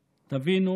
תבינו.